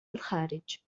الخارج